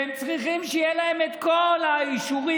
והם צריכים שיהיו להם את כל האישורים,